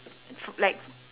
f~ like